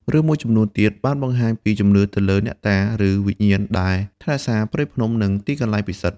រឿងមួយចំនួនទៀតបានបង្ហាញពីជំនឿទៅលើអ្នកតា ឬវិញ្ញាណដែលថែរក្សាព្រៃភ្នំនិងទីកន្លែងពិសិដ្ឋ។